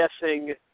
guessing